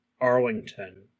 Arlington